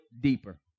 deeper